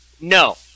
No